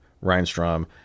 Reinstrom